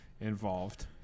involved